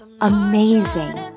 amazing